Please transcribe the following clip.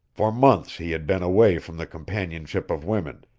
for months he had been away from the companionship of women,